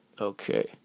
Okay